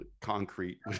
concrete